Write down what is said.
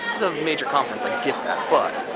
major conference, i get that, but